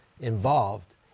involved